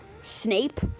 Snape